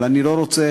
אבל אני לא רוצה,